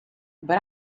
but